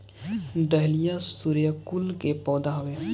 dahlia सूर्यकुल के पौधा हवे